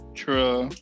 true